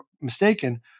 mistaken